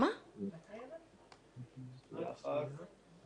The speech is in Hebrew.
הניקיון הגדול, שעיקרו שינוי תודעתי.